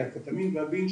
הקטמין והבינג',